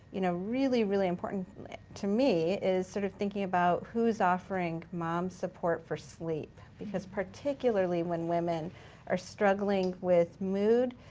you know really really important to me is sort of thinking about who's offering mom support for sleep, because particularly when women are struggling with mood,